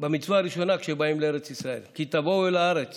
במצווה הראשונה כשבאים לארץ ישראל: "כי תבֹאו אל הארץ